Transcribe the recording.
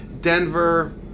Denver